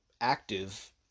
active